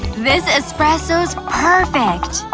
this espresso's perfect.